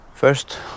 First